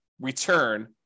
return